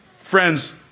friends